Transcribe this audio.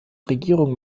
regierung